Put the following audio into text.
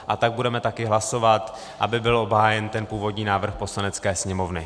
A tak budeme taky hlasovat, aby byl obhájen ten původní návrh Poslanecké sněmovny.